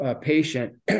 patient